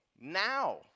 now